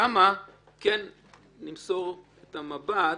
שם כן נמסור את המב"ד,